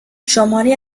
شماری